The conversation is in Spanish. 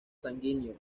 sanguíneo